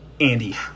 Andy